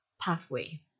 pathway